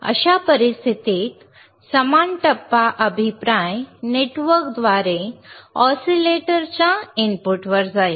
अशा परिस्थितीत समान टप्पा अभिप्राय नेटवर्कद्वारे ऑसीलेटरच्या इनपुटवर जाईल